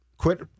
Quit